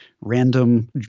random